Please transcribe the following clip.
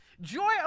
Joy